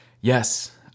yes